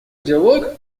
диалог